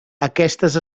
aquestes